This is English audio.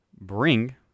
bring